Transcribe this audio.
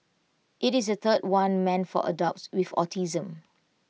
IT is the third one meant for adults with autism